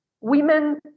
Women